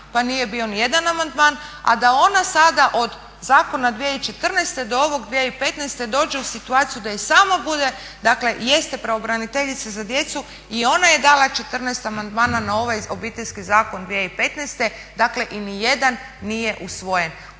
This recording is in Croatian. pa nije bio nijedan amandman, a da ona sada od zakona 2014. do ovog 2015. dođe u situaciju da je samo bude, dakle jeste pravobraniteljica za djecu i ona je dala 14 amandmana na ovaj Obiteljski zakon 2015., dakle i nijedan nije usvojen.